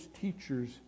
teachers